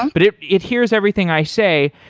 um but it it hears everything i say,